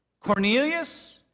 Cornelius